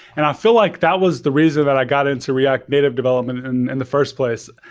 and i feel like that was the reason that i got into react native development in and the first place.